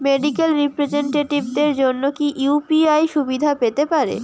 Medical রিপ্রেজন্টেটিভদের জন্য কি ইউ.পি.আই সুবিধা পেতে পারে?